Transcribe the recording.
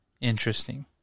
Interesting